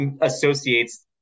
associates